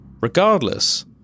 Regardless